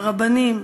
הרבנים,